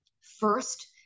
first